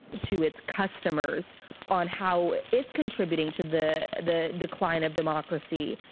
to its customers on how it's contributing to the the decline of democracy,